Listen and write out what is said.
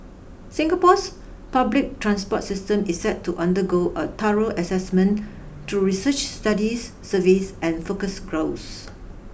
Singapore's public transport system is set to undergo a thorough assessment through research studies surveys and focus groups